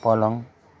पलङ